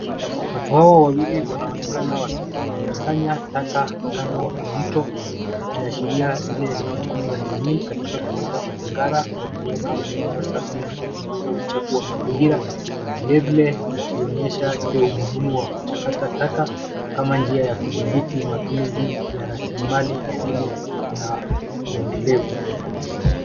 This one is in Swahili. Watu hawa wawili wanaonekana wakizisanya taka kando ya mto akiashiria ile jukumu la jamii katika kulinda mazingira kwa kuweka maeneo safi na kupunguza uchafu wa mazingira. Vilevile ikionyesha ile umihumu wa kuchakata taka kama njia ya kudhibiti matumizi ya rasilimali asili na uendelevu.